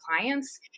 clients